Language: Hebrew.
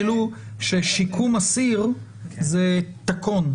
כאילו ששיקום אסיר זה תקון,